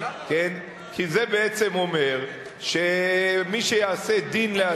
כי זה בעצם אומר שמי שיעשה דין לעצמו,